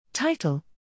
Title